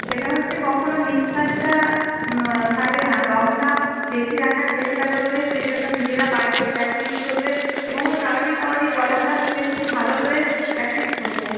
সেটা হচ্ছে কখনও নিঃশ্বাসটা ছাড়বে না দমটা বেশি রাখার চেষ্টা করবে সেইজন্য নিজেরা বাড়িতে প্র্যাক্টিস করবে এবং ওই কাবাডি কাবাডি বলাটা একটু বেশি ভালো করে প্র্যাক্টিস করবে